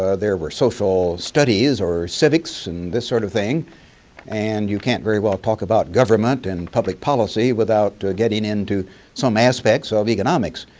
there were social studies or civics and this sort of thing and you can't very well talk about government and public policy without getting into some aspects of economics.